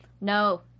no